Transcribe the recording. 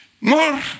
More